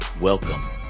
Welcome